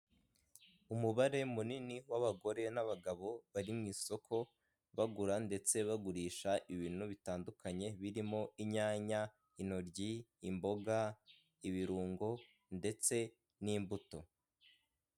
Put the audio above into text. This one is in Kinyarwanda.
Umubare munini w'abagore n'abagabo bari mu isoko, bagura ndetse bagurisha, ibintu bitandukanye birimo inyanya, intoryi, imboga, ibirungo, ndetse n'imbuto.